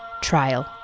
Trial